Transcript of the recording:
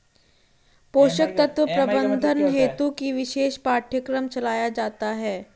पोषक तत्व प्रबंधन हेतु ही विशेष पाठ्यक्रम चलाया जाता है